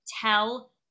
tell